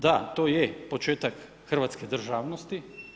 Da, to je početak hrvatske državnosti.